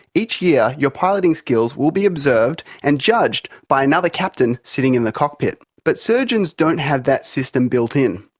each year your piloting skills will be observed and judged by another captain sitting in the cockpit. but surgeons don't have that system built in.